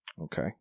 Okay